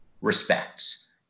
respects